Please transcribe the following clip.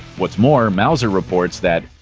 what's more, mouser reports that,